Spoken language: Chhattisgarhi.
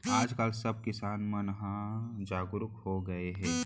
आज काल सब किसान मन ह जागरूक हो गए हे